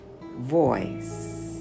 voice